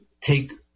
take